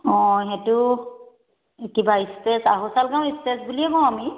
অঁ সেইটো কিবা ইষ্টেট আহুচালগাঁও ইষ্টেট বুলিয়েই কওঁ আমি